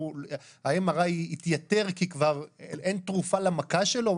שה-MRI יתייתר כי אין תרופה למכה שלו?